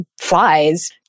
flies